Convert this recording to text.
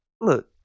look